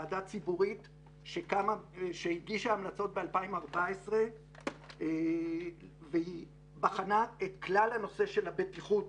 ועדה ציבורית שהגישה המלצות ב-2014 והיא בחנה את כלל הנושא של הבטיחות,